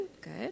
good